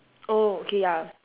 oh okay ya